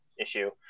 issue